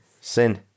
Sin